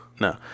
no